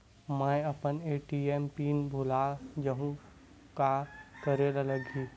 मैं अपन ATM PIN भुला जहु का करे ला लगही?